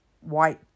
white